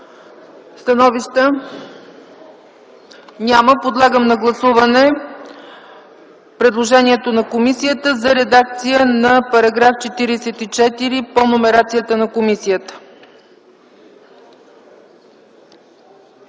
Становища? Няма. Подлагам на гласуване предложението на комисията за редакция на § 44 по номерацията на комисията.